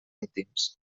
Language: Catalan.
íntims